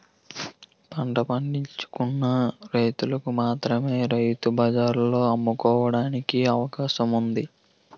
పంట పండించుకున్న రైతులకు మాత్రమే రైతు బజార్లలో అమ్ముకోవడానికి అవకాశం ఉంది